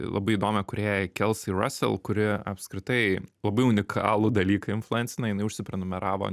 labai įdomią kūrėją kelsi rasel kuri apskritai labai unikalų dalyką influencina jinai užsiprenumeravo